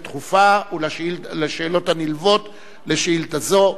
דחופה ועל שאלות הנלוות לשאילתא זו.